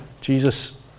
Jesus